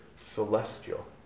celestial